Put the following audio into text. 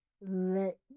Let